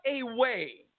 away